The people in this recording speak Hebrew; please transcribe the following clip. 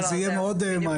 כי אז זה יהיה מאוד מענין.